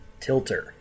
tilter